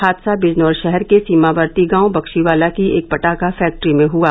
हादसा बिजनौर शहर के सीमावर्ती गांव बक्शीवाला की एक पटाखा फैक्ट्री में हुआ